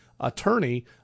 Attorney